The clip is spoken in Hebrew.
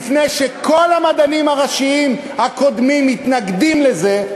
כשכל המדענים הראשיים הקודמים מתנגדים לזה,